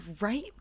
right